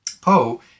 Poe